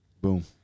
Boom